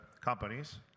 companies